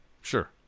Sure